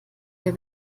der